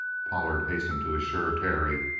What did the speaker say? pollard hastened to assure terry.